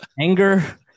anger